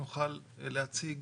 נוכל להציג